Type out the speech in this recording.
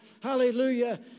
hallelujah